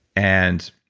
and